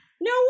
No